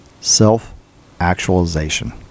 self-actualization